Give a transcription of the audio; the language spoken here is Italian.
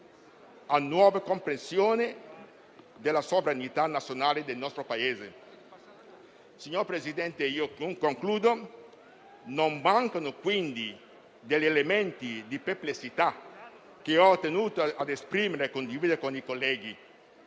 una nuova compressione della sovranità nazionale del nostro Paese. Signor Presidente, in conclusione, non mancano quindi elementi di perplessità, che ho tenuto ad esprimere e condividere con i colleghi.